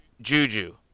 juju